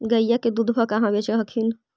गईया के दूधबा कहा बेच हखिन?